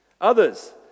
Others